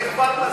זה כבר מסטיק,